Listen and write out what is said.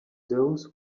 those